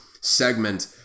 segment